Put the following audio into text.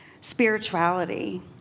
Spirituality